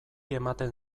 ematen